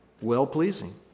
Well-pleasing